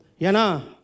Yana